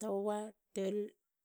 Toa. tol.